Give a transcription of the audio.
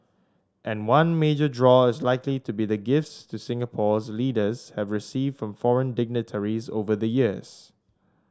and one major draw is likely to be the gifts to Singapore's leaders have received from foreign dignitaries over the years